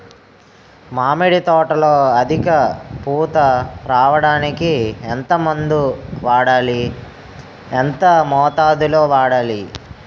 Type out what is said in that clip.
మామిడి తోటలో అధిక పూత రావడానికి ఎంత మందు వాడాలి? ఎంత మోతాదు లో వాడాలి?